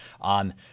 on